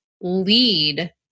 lead